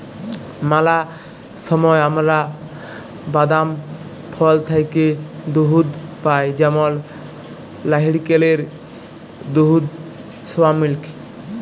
ম্যালা সময় আমরা বাদাম, ফল থ্যাইকে দুহুদ পাই যেমল লাইড়কেলের দুহুদ, সয়া মিল্ক